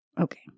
Okay